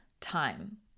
time